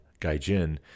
Gaijin